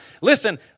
Listen